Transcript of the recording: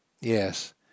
Yes